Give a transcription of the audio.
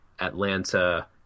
Atlanta